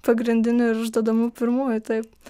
pagrindinių ir užduodamų pirmųjų taip